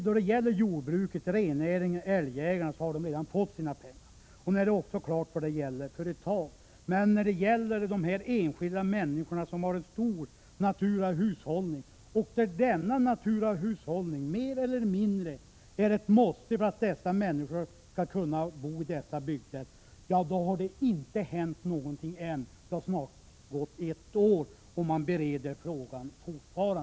Vad jordbrukare, renskötare och älgjägare beträffar har dessa redan fått sina pengar, och det är också klart vilket belopp det gäller. När det däremot gäller de enskilda människorna som har en stor naturahushållning, vilken mer eller mindre är ett måste för att dessa människor skall kunna bo kvar i sina bygder, har det ännu inte hänt någonting. Det har snart gått ett år och fortfarande bereder man frågan.